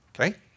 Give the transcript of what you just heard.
Okay